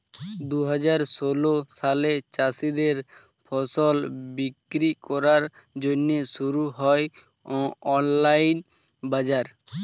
দুহাজার ষোল সালে চাষীদের ফসল বিক্রি করার জন্যে শুরু হয় অনলাইন বাজার